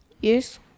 Yes